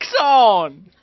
on